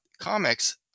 comics